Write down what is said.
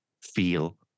feel